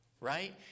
right